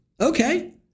Okay